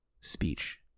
speech